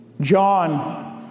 John